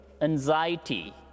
anxiety